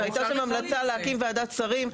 הייתה שם המלצה להקים ועדת שרים,